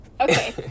Okay